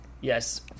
yes